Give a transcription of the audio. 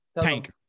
Tank